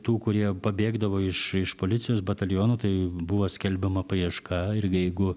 tų kurie pabėgdavo iš iš policijos batalionų tai buvo skelbiama paieška ir jeigu